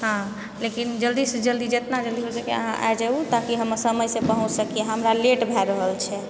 हँ लेकिन जल्दीसँ जल्दी जितना जल्दी हो सकै अहाँ आ जाउ ताकि हम समयसँ पहुँचि सकी हमरा लेट भए रहल छै